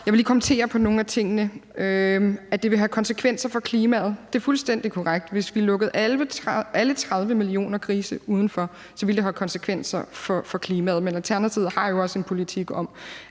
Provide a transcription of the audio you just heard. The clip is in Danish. Jeg vil lige kommentere på nogle af tingene. At det vil have konsekvenser for klimaet, er fuldstændig korrekt. Hvis vi lukkede alle 30 millioner grise ud og lod dem være udenfor, ville det have konsekvenser for klimaet. Men Alternativet har jo også en politik om,